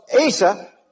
Asa